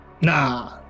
Nah